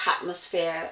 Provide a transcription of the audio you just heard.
atmosphere